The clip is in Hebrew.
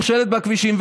נכשלת בכבישים,